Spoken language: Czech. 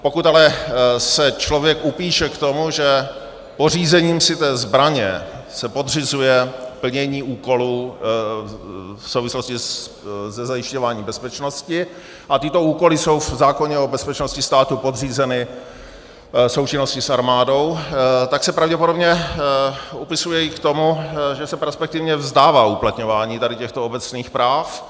Pokud se ale člověk upíše k tomu, že pořízením té zbraně se podřizuje plnění úkolů v souvislosti se zajišťováním bezpečnosti, a tyto úkoly jsou v zákoně o bezpečnosti státu podřízeny součinnosti s armádou, tak se pravděpodobně upisuje i k tomu, že se perspektivně vzdává uplatňování těchto obecných práv.